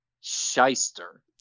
Shyster